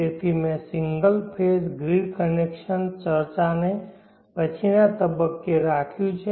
તેથી મેં single phase grid connection ચર્ચાને પછીના તબક્કે રાખ્યું છે